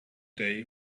day